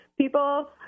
people –